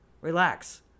Relax